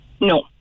No